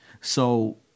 So-